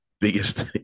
biggest